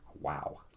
Wow